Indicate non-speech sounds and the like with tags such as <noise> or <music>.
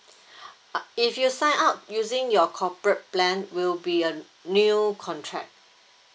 <breath> uh if you sign up using your corporate plan will be a new contract